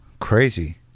Crazy